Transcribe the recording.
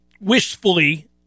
wishfully